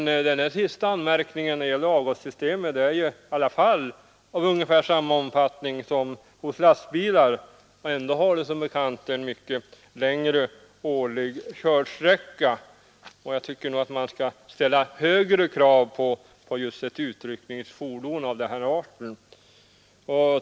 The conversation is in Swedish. Anmärkningarna på avgassystemet är i alla fall av ungefär samma omfattning som när det gäller lastbilar och då har de som bekant en mycket längre årlig körsträcka. Jag tycker att man skall ställa högre krav på ett utryckningsfordon av den här arten.